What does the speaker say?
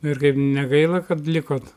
nu ir kaip negaila kad likot